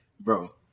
bro